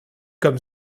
comme